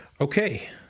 Okay